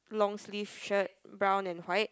long sleeves shirt brown and white